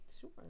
Sure